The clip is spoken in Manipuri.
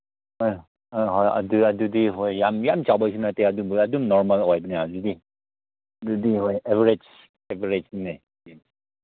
ꯍꯣꯏ ꯍꯣꯏ ꯍꯣꯏ ꯑꯗꯨ ꯑꯗꯨꯗꯤ ꯍꯣꯏ ꯌꯥꯝ ꯌꯥꯝ ꯆꯥꯎꯕꯁꯨ ꯅꯠꯇꯦ ꯑꯗꯨꯕꯨ ꯑꯗꯨꯝ ꯅꯣꯔꯃꯦꯜ ꯑꯣꯏꯕꯅꯦ ꯑꯗꯨꯗꯤ ꯑꯗꯨꯗꯤ ꯍꯣꯏ ꯑꯦꯚꯔꯦꯁ ꯑꯦꯚꯔꯦꯁꯅꯤ ꯎꯝ